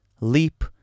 Leap